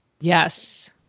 Yes